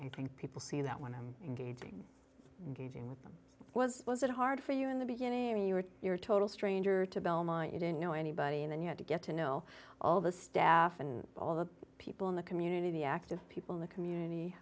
i think people see that when i'm engaging gaging with them was was it hard for you in the beginning when you were your total stranger to belmont you didn't know anybody and then you had to get to know all the staff and all the people in the community active people in the community